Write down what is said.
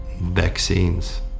vaccines